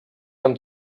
amb